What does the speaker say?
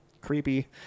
Creepy